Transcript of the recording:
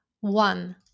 One